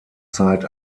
zeit